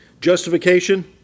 justification